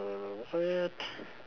um what